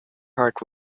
heart